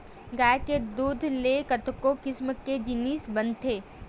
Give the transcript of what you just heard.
गाय के दूद ले कतको किसम के जिनिस बनथे